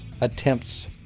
attempts